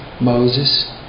Moses